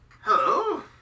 Hello